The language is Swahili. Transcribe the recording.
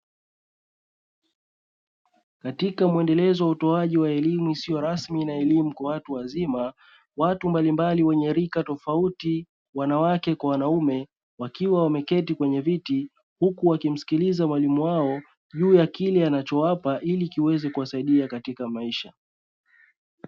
Katika mwendelezo wa utolewaji wa elimu isio rasmi na elimu kwa watu wazima; watu mbalimbali wenye rika tofauti, wanawake kwa wanaume wakiwa wameketi kwenye viti, huku wakimsikiliza mwalimu wao juu ya kile anachowapo ili kiweze kuwasaidia katika maisha.